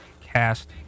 Cast